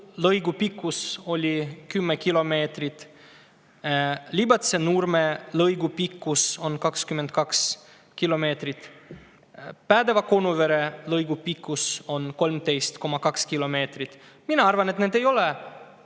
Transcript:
lõigu pikkus on 10 kilomeetrit, Libatse-Nurme lõigu pikkus on 22 kilomeetrit, Päädeva-Konuvere lõigu pikkus on 13,2 kilomeetrit. Mina arvan, et need ei ole